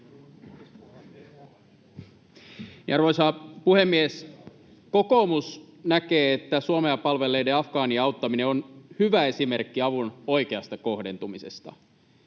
Arvoisa puhemies! Kokoomus näkee, että Suomea palvelleiden afgaanien auttaminen on hyvä esimerkki avun oikeasta kohdentumisesta.